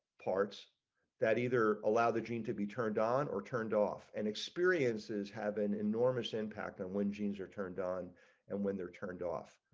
parts that either allow the gene to be turned on or turned off and experiences have an enormous impact and when genes are turned on and when they're turned off.